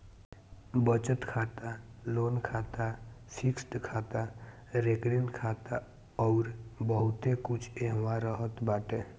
बचत खाता, लोन खाता, फिक्स्ड खाता, रेकरिंग खाता अउर बहुते कुछ एहवा रहत बाटे